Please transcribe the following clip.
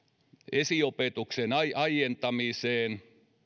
esiopetuksen aientamiseen